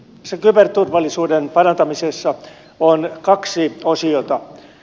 sen kyberturvallisuuden parantamisessa on kaksi osiota